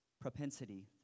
propensity